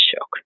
shock